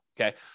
okay